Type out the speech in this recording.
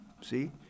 See